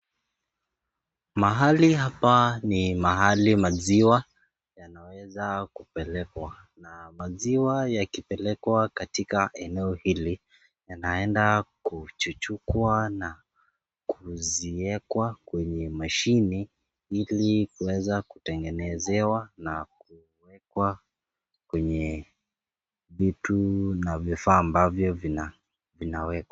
Mahali hapa ni mahali maziwa yanaweza kupelekwa na maziwa yakipelekwa katika eneo hili yanaenda kuchuchukwa na kuziweka kwenye mashine ili kuweza kutengenezewa na kuwekwa kwenye vitu na vifaa ambavyo vinawekwa.